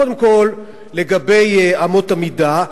קודם כול, לגבי אמות המידה: